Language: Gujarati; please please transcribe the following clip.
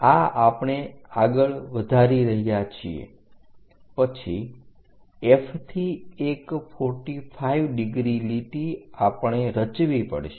આ આપણે આગળ વધારી રહ્યા છીએ પછી F થી એક 45° લીટી આપણે રચવી પડશે